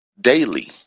daily